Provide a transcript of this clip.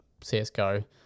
CSGO